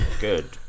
good